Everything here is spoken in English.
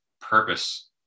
purpose